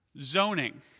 zoning